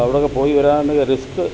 അവിടെയൊക്കെ പോയി വരാൻ ഒരു റിസ്ക്ക്